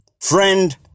Friend